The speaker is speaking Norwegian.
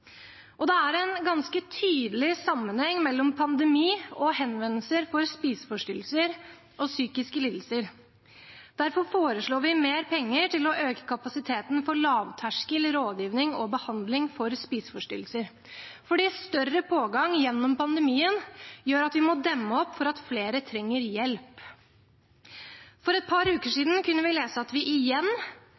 Det er en ganske tydelig sammenheng mellom pandemi og henvendelser for spiseforstyrrelser og psykiske lidelser. Derfor foreslår vi mer penger til å øke kapasiteten for lavterskel rådgivning og behandling for spiseforstyrrelser, fordi større pågang gjennom pandemien gjør at vi må demme opp for at flere trenger hjelp. For et par uker siden kunne vi lese at vi igjen